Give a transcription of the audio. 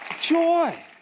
joy